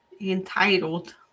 entitled